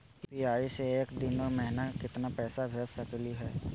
UPI स एक दिनो महिना केतना पैसा भेज सकली हे?